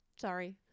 sorry